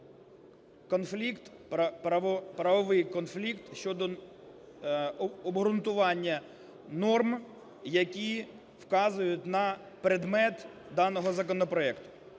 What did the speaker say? правовий конфлікт щодо обґрунтування норм, які вказують на предмет даного законопроекту.